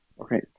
Okay